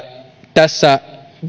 tässä